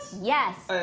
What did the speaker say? yes.